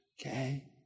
Okay